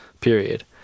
period